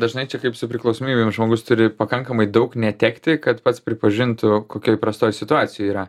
dažnai čia kaip su priklausomybėm žmogus turi pakankamai daug netekti kad pats pripažintų kokioj prastoj situacijoj yra